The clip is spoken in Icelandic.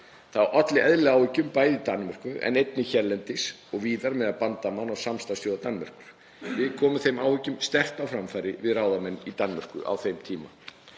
Það olli eðlilega áhyggjum í Danmörku en einnig hérlendis og víðar meðal bandamanna og samstarfsþjóða Danmerkur. Við komum þeim áhyggjum sterkt á framfæri við ráðamenn í Danmörku á þeim tíma.